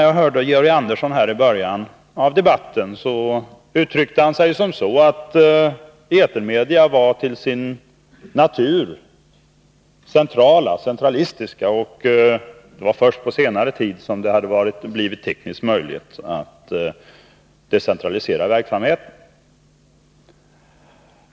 Jag hörde Georg Anderssoni början av debatten uttrycka sig som så att etermedia till sin natur var centralistiska. Det var först på senare tid som det har blivit tekniskt möjligt att decentralisera verksamheten.